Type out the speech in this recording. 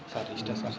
sir ಇಷ್ಟೇ sir